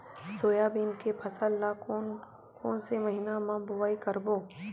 Soybean के फसल ल कोन कौन से महीना म बोआई करबो?